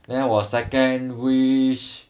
then 我 second wish